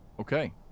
Okay